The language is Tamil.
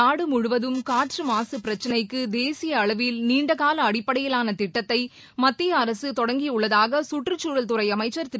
நாடு முழுவதும் காற்று மாசு பிரச்சினைக்கு தேசிய அளவில் நீண்டகால அடிப்படையிலான திட்டத்தை மத்திய அரசு தொடங்கியுள்ளதாக கற்றுச்சூழல் துறை அமைச்சள் திரு